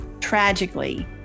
Tragically